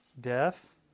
Death